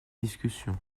discussion